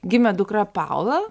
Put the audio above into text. gimė dukra paula